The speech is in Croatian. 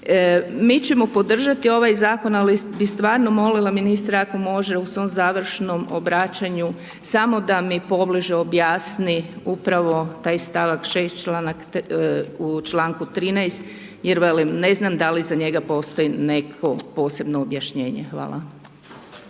Mi ćemo podržati ovaj zakon ali bi stvarno molila ministra ako može u svom završnom obraćanju samo da mi pobliže objasni upravo taj stavak 6., članak, u članku 13. jer velim ne znam da li za njega postoji neko posebno objašnjenje. Hvala.